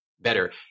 better